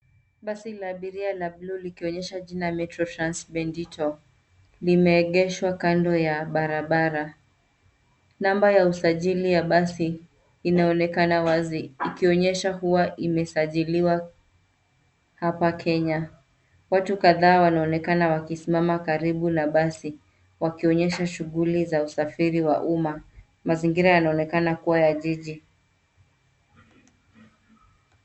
Basi la abiria la buluu likionyesha jina Metro Trans Bendito . Limeegeshwa kando ya barabara. Namba ya usajili ya basi inaonekana wazi ikionyesha kuwa imesajiliwa hapa Kenya. Watu kadhaa wanaonekana wakisimama karibu na basi wakionyesha shughuli za usafiri wa umma. Mazingira yanaonekana kuwa ya jiji.